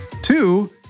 Two